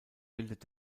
bildet